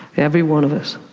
every one of us.